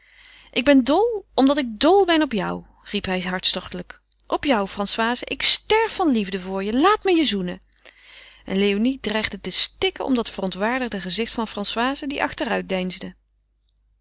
ik ben dol omdat ik dol ben op jou riep hij hartstochtelijk op jou françoise ik sterf van liefde voor je laat me je zoenen en léonie dreigde te stikken om dat verontwaardigde gezicht van françoise die achteruit deinsde